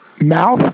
mouth